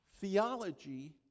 Theology